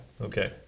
Okay